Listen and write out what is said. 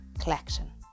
collection